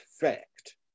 effect